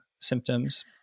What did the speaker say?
symptoms